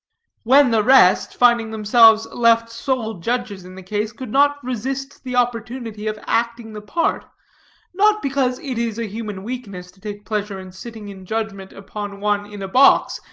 when the rest, finding themselves left sole judges in the case, could not resist the opportunity of acting the part not because it is a human weakness to take pleasure in sitting in judgment upon one in a box,